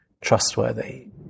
trustworthy